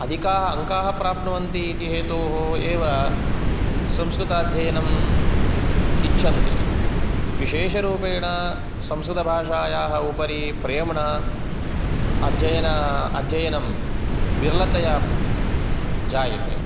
अधिकाः अङ्काः प्राप्नुवन्ति इति हेतोः एव संस्कृताध्ययनं इच्छन्ति विशेषरूपेण संस्कृतभाषायाः उपरि प्रेम्णा अध्यना अध्ययनं विरलतया जायते